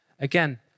Again